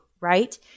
right